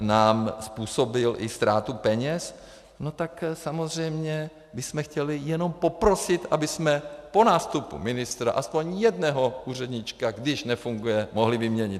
... nám způsobil i ztrátu peněz, tak samozřejmě my jsme chtěli jenom poprosit, abychom po nástupu ministra aspoň jednoho úředníčka, když nefunguje, mohli vyměnit.